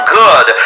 good